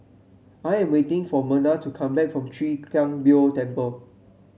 I am waiting for Merna to come back from Chwee Kang Beo Temple